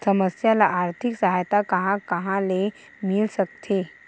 समस्या ल आर्थिक सहायता कहां कहा ले मिल सकथे?